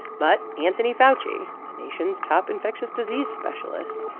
but anthony fauci, the nation's top infectious disease specialist,